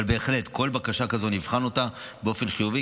אבל בהחלט, כל בקשה כזאת, נבחן אותה באופן חיובי.